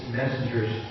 messengers